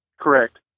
Correct